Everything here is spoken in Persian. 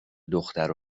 دختر